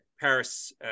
paris